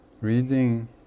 reading